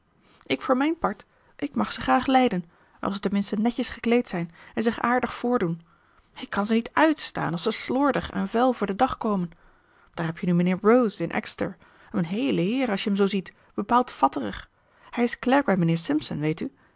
ik voor mijn part ik mag ze graag lijden als ze ten minste netjes gekleed zijn en zich aardig voordoen ik kan ze niet uitstaan als ze slordig en vuil voor den dag komen daar heb je nu meneer rose in exeter een heele heer als je hem zoo ziet bepaald fatterig hij is klerk bij meneer simpson weet u